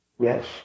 Yes